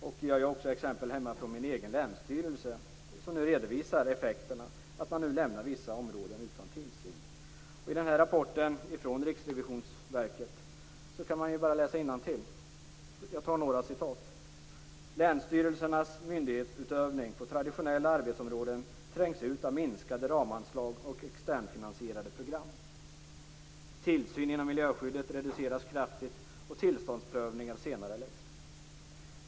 Jag har också exempel från min egen länsstyrelse som nu redovisar effekterna, att man nu lämnar vissa områden utan tillsyn. I rapporten från Riksrevisionsverket kan man läsa bl.a.: Länsstyrelsernas myndighetsutövning på traditionella arbetsområden trängs ut av minskade ramanslag och externfinansierade program. Tillsyn genom miljöskyddet reduceras kraftigt, och tillståndsprövningar senareläggs.